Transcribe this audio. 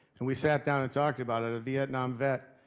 and we sat down and talked about it. a vietnam vet.